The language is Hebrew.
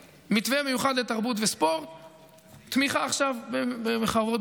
השר הבכיר בוועדת הכספים והמתאם בין כל האופוזיציה,